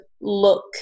look